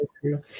true